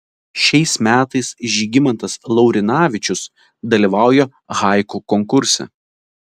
šiais metais žygimantas laurinavičius dalyvauja haiku konkurse